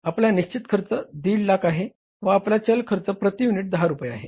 आपला निश्चित खर्च 150000 आहे व आपला चल खर्च प्रती युनिट 10 रुपये आहे